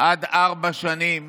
עד ארבע שנים